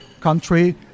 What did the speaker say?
country